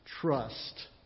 trust